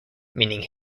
meaning